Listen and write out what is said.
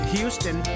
Houston